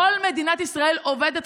כל מדינת ישראל עובדת,